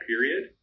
period